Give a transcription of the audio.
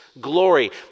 glory